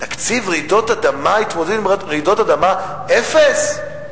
תקציב רעידות אדמה, התמודדות עם רעידות אדמה, אפס.